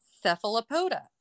cephalopoda